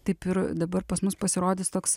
taip ir dabar pas mus pasirodys toks